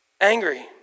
angry